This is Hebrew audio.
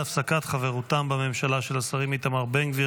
על הפסקת חברותם בממשלה של השרים איתמר בן גביר,